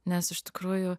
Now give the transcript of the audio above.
nes iš tikrųjų